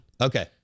Okay